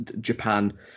Japan